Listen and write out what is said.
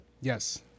Yes